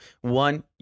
one